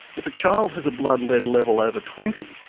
if a child has a blood lead level over twenty,